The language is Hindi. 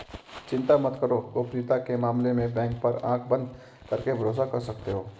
चिंता मत करो, गोपनीयता के मामले में बैंक पर आँख बंद करके भरोसा कर सकते हो